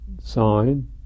sign